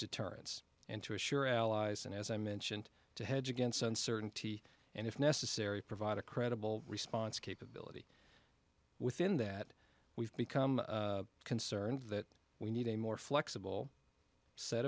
deterrence and to assure allies and as i mentioned to hedge against uncertainty and if necessary provide a credible response capability within that we've become concerned that we need a more flexible set